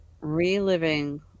reliving